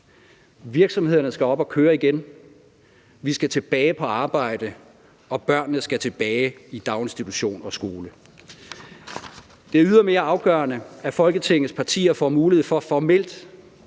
Virksomhederne skal op at køre igen. Vi skal tilbage på arbejde, og børnene skal tilbage i daginstitution og skole. Det er ydermere afgørende, at Folketingets partier får mulighed for formelt